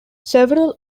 several